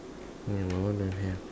yeah my one don't have